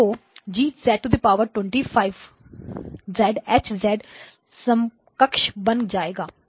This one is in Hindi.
तो G I H समक्ष बन जाएगा